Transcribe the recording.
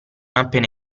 appena